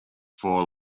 four